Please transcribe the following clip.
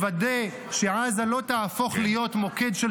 לוודא שעזה לא תהפוך להיות מוקד של